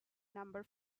number